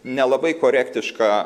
nelabai korektiška